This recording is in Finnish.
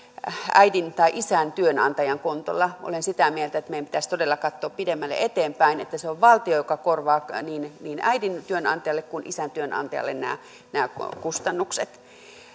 äidin tai isän työnantajan kontolla olen sitä mieltä että meidän pitäisi todella katsoa pidemmälle eteenpäin että se on valtio joka korvaa niin äidin työnantajalle kuin isän työnantajalle nämä nämä kustannukset